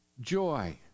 joy